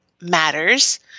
matters